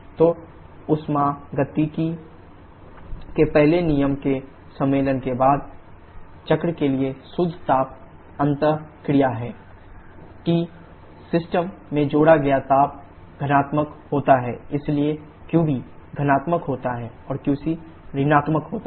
तो ऊष्मागतिकी के पहले नियम के सम्मेलन के बाद चक्र के लिए शुद्ध ताप अंतःक्रिया है ∮δqqB qC कि सिस्टम में जोड़ा गया ताप धनात्मक होता है इसलिए qB धनात्मक होता है और qC ऋणात्मक होता है